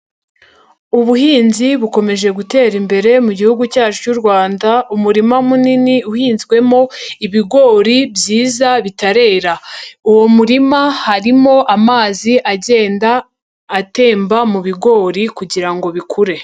Ubuhinzi bukomeje gutera imbere mu gihugu cyacu cy'u Rwanda, umurima munini uhinzwemo ibigori byiza bitarera, uwo murima harimo amazi agenda atemba mu bigori kugira ngo bikure.